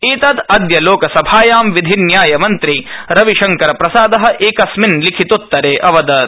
एतत् अद्य लोकसभायां विधिन्यायमन्त्री रविशंकरप्रसाद एकस्मिन् लिखितोत्तरे अवदत्